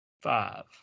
Five